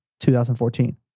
2014